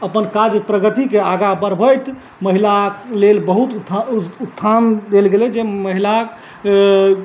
अपन काजक प्रगतिके आगाँ बढ़बैत महिला लेल बहुत उत्थान देल गेलै जे महिला